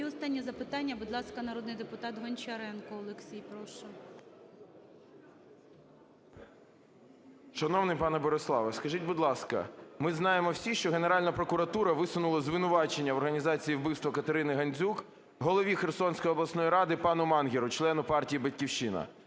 І останнє запитання. Будь ласка, народний депутатГончаренко Олексій, прошу. 11:31:41 ГОНЧАРЕНКО О.О. Шановний пане Бориславе, скажіть, будь ласка. Ми знаємо всі, що Генеральна прокуратура висунула обвинувачення в організації вбивства КатериниГандзюк голові Херсонської обласної ради пану Мангеру, члену партії "Батьківщина".